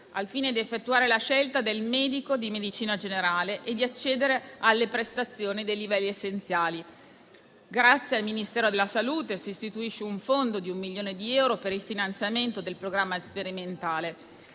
al fine di effettuare la scelta del medico di medicina generale e di accedere alle prestazioni dei livelli essenziali. Grazie al Ministero della salute si istituisce un fondo di un milione di euro per il finanziamento del programma sperimentale.